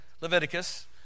Leviticus